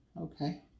Okay